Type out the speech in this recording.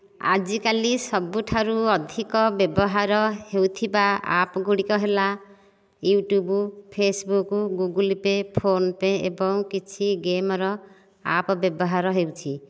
ଆଜିକାଲି ସବୁଠାରୁ ଅଧିକ ବ୍ୟବହାର ହେଉଥିବା ଆପ୍ ଗୁଡ଼ିକ ହେଲା YouTube Facebook Google Pay PhonePe ଏବଂ କିଛି ଗେମ୍ର ଆପ୍ ବ୍ୟବହାର ହେଉଛି